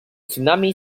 tsunami